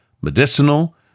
medicinal